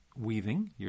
weaving